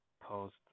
post